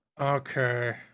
Okay